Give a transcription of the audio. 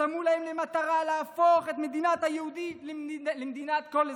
ששמו להם למטרה להפוך את מדינת היהודים למדינת כל אזרחיה.